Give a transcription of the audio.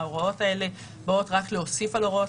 ההוראות האלה באות רק להוסיף על הוראות